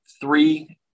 three